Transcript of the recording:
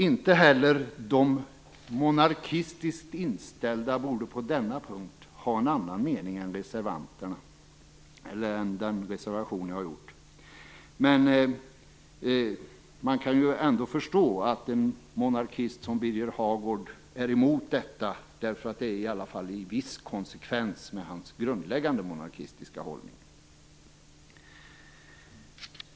Inte heller de monarkistiskt inställda borde på denna punkt ha en annan mening än jag i den reservation jag har ställt. Men man kan ändå förstå att en monarkist som Birger Hagård är emot detta. Det är i alla fall i viss konsekvens med hans grundläggande monarkistiska hållning.